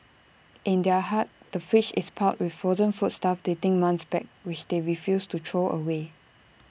in their hut the fridge is piled with frozen foodstuff dating months back which they refuse to throw away